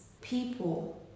people